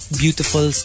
beautiful